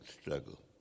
struggle